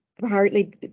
Partly